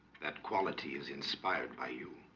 that quality is inspired by you